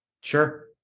Sure